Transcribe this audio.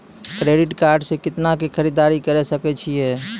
Credit card से कितना के खरीददारी करे सकय छियै?